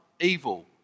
evil